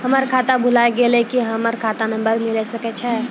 हमर खाता भुला गेलै, की हमर खाता नंबर मिले सकय छै?